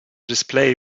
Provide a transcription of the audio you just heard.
display